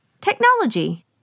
Technology